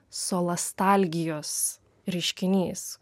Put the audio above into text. solastalgijos reiškinys